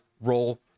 role